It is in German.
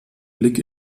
blick